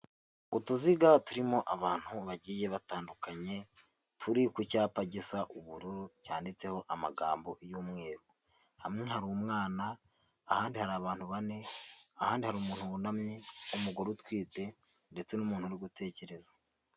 Utuziga turimo abantu bagiye batandukanye, turi ku cyapa gisa ubururu cyanditseho amagambo y'umweru, hamwe hari umwana, ahandi hari abantu bane, ahandi hari umuntu wunamye, umugore utwite ndetse n'umuntu uri gutekereza.